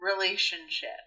relationship